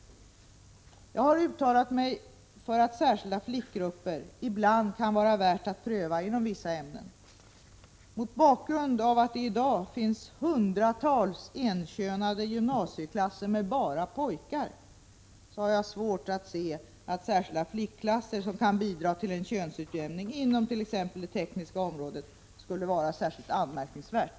Jag har uttalat mig för att särskilda flickgrupper ibland kan vara värt att pröva inom vissa ämnen. Mot bakgrund av att det i dag finns hundratals enkönade gymnasieklasser med bara pojkar, har jag svårt att se att särskilda flickklasser som kan bidra till en könsutjämning inom t.ex. det tekniska området skulle vara särskilt anmärkningsvärt.